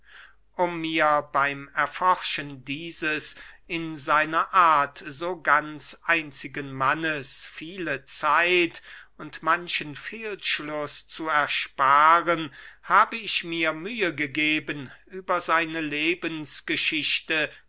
um mir beym erforschen dieses in seiner art so ganz einzigen mannes viel zeit und manchen fehlschluß zu ersparen habe ich mir mühe gegeben über seine lebensgeschichte